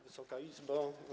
Wysoka Izbo!